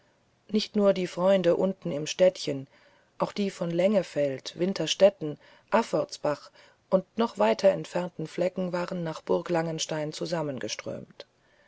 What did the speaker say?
nicht nur die freunde unten im städtchen auch die von lengefeld winterstetten affortsbach und noch weiter entfernten flecken waren nach burg langenstein zusammengeströmt